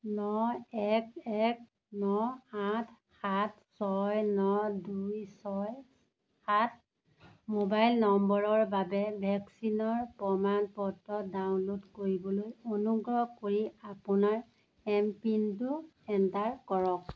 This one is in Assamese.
ন এক এক ন আঠ সাত ছয় ন দুই ছয় সাত মোবাইল নম্বৰৰ বাবে ভেকচিনৰ প্ৰমাণ পত্ৰ ডাউনলোড কৰিবলৈ অনুগ্ৰহ কৰি আপোনাৰ এম পিন টো এণ্টাৰ কৰক